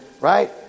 right